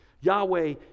Yahweh